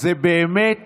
זה באמת